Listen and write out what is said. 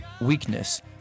weakness